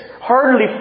hardly